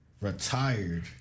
retired